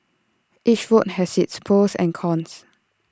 each route has its pros and cons